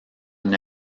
une